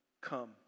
Come